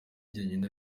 njyenyine